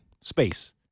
space